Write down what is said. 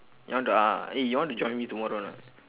you want to uh eh you want to join me tomorrow or not